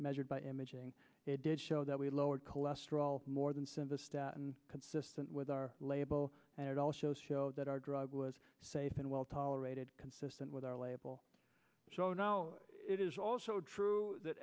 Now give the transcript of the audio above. measured by imaging it did show that we lowered cholesterol more than send the stat and consistent with our label and it also showed that our drug was safe and well tolerated consistent with our label so now it is also true th